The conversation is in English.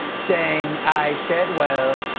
saying i said well.